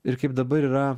ir kaip dabar yra